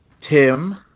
Tim